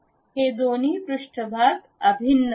हे दोन्ही पृष्ठभाग अभिन्न बनवा